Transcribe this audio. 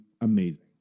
amazing